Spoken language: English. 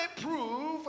prove